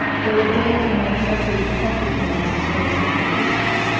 there were days when her caresses affected him as a sort of suffocation.